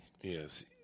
Yes